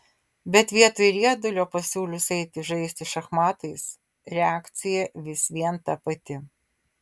bet vietoj riedulio pasiūlius eiti žaisti šachmatais reakcija vis vien ta pati